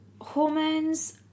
hormones